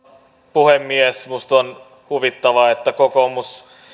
puhemies minusta on huvittavaa että kokoomus